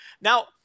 now –